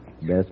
Best